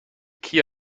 key